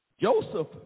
Joseph